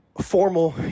formal